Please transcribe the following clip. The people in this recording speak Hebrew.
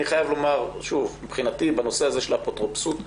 בנושא הזה של האפוטרופסות,